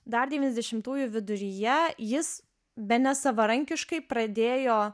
dar devyniasdešimtųjų viduryje jis bene savarankiškai pradėjo